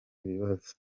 ibibazo